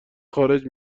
خارج